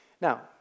Now